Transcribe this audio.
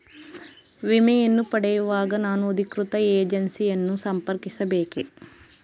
ವಿಮೆಯನ್ನು ಪಡೆಯುವಾಗ ನಾನು ಅಧಿಕೃತ ಏಜೆನ್ಸಿ ಯನ್ನು ಸಂಪರ್ಕಿಸ ಬೇಕೇ?